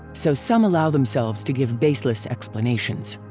so some allow themselves to give baseless explanations.